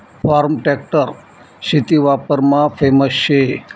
form tractor शेती वापरमा famous शे